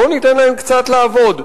בואו ניתן להם קצת לעבוד,